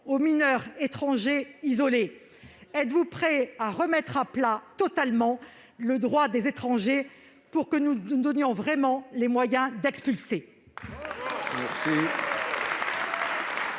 aux mineurs étrangers isolés ? Très bien ! Êtes-vous prêt à remettre à plat, totalement, le droit des étrangers, pour que nous nous donnions vraiment les moyens d'expulser ?